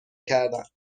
کردند